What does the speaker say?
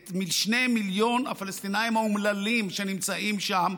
את שני מיליון הפלסטינים האומללים שנמצאים שם,